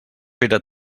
pere